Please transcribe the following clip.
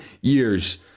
years